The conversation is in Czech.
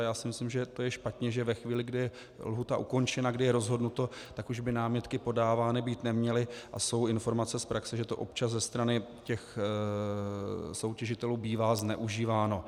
Já si myslím, že to je špatně, že ve chvíli, kdy lhůta je ukončena, kdy je rozhodnuto, tak už by námitky podávány být neměly, a jsou informace z praxe, že to občas ze strany soutěžitelů bývá zneužíváno.